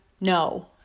No